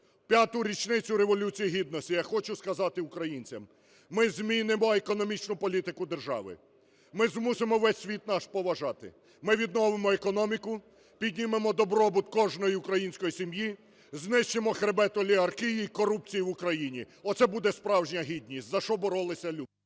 п'яту річницю Революції Гідності я хочу сказати українцям: ми змінимо економічну політику держави, ми змусимо весь світ нас поважати, ми відновимо економіку, піднімемо добробут кожної української сім'ї, знищимо хребет олігархії і корупції в Україні – оце буде справжня гідність, за що боролися люди.